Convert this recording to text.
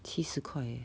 七十块 leh